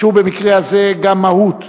שהוא במקרה הזה גם מהות,